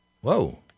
whoa